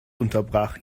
unterbrach